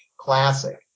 classic